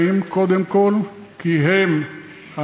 המו"פ